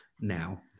now